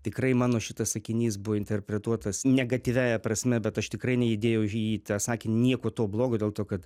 tikrai mano šitas sakinys buvo interpretuotas negatyviąja prasme bet aš tikrai neįdėjau į jį tą sakinį nieko to blogo dėl to kad